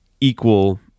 equal